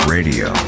Radio